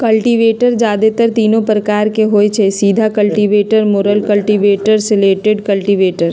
cultivator जादेतर तीने प्रकार के होई छई, सीधा कल्टिवेटर, मुरल कल्टिवेटर, स्लैटेड कल्टिवेटर